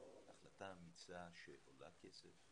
החלטה אמיצה שעולה כסף,